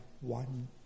one